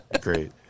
Great